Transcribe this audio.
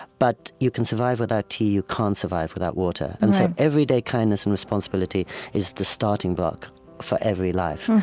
but you can survive without tea. you can't survive without water. and sort of everyday kindness and responsibility is the starting block for every life.